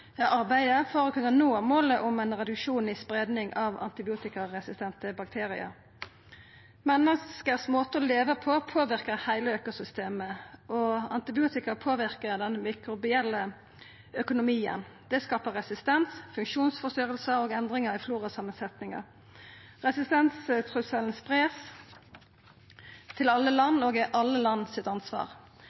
arbeidet for å kunne nå målet om ein reduksjon i spreiinga av antibiotikaresistente bakteriar. Menneska sin måte å leva på, påverkar heile økosystemet, og antibiotika påverkar den mikrobielle økologien. Det skapar resistens, funksjonsforstyrringar og endringar i florasamansetningar. Resistenstrusselen spreier seg til alle land og er alle land sitt ansvar.